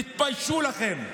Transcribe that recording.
תתביישו לכם.